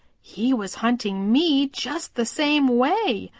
he was hunting me just the same way,